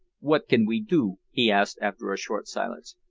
what can we do? he asked after a short silence.